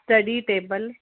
study table